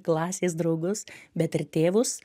klasės draugus bet ir tėvus